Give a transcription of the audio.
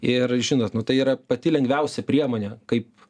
ir žinot nu tai yra pati lengviausia priemonė kaip